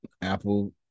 apple